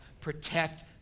protect